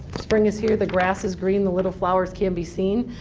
spring is here, the grass is green, the little flowers can be seen,